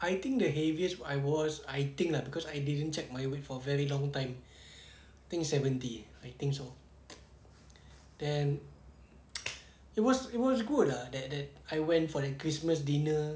I think the heaviest I was I think lah cause I didn't check my weight for very long time think seventy I think so then it was it was good lah that that I went for the christmas dinner